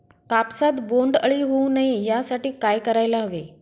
कापसात बोंडअळी होऊ नये यासाठी काय करायला हवे?